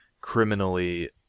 criminally